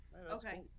Okay